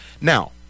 Now